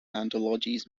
anthologies